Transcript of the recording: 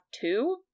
two